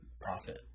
profit